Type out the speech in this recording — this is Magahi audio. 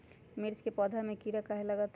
मिर्च के पौधा में किरा कहे लगतहै?